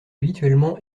habituellement